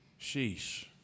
Sheesh